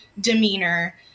demeanor